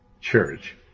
Church